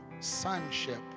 sonship